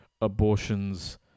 abortions